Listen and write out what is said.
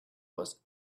was